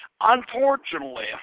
unfortunately